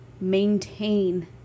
maintain